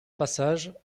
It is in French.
passage